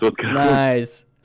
Nice